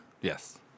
yes